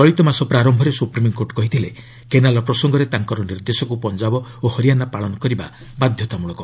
ଚଳିତ ମାସ ପ୍ରାରମ୍ଭରେ ସୁପ୍ରିମ୍କୋର୍ଟ କହିଥିଲେ କେନାଲ୍ ପ୍ରସଙ୍ଗରେ ତାଙ୍କର ନିର୍ଦ୍ଦେଶକୁ ପଞ୍ଜାବ ଓ ହରିୟାନା ପାଳନ କରିବା ବାଧତାମୂଳକ